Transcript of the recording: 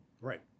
Right